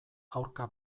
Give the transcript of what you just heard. aurka